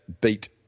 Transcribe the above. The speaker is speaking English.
beat